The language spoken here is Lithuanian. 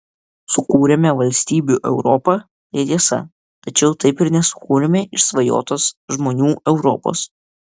sukūrėme valstybių europą tai tiesa tačiau taip ir nesukūrėme išsvajotos žmonių europos